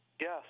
Yes